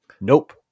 Nope